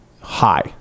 high